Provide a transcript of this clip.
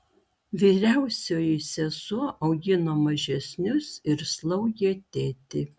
vyriausioji sesuo augino mažesnius ir slaugė tėtį